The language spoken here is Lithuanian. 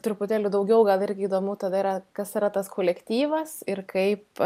truputėlį daugiau gal irgi įdomu tada yra kas yra tas kolektyvas ir kaip